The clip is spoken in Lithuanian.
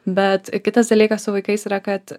bet kitas dalykas su vaikais yra kad